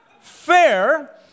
fair